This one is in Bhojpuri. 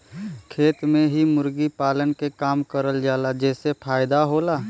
खेत में ही मुर्गी पालन के काम करल जाला जेसे फायदा होला